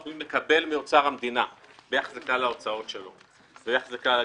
לאומי מקבל מאוצר המדינה ביחס לכלל ההוצאות שלו וביחס לכלל הגבייה.